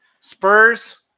Spurs